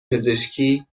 پزشکی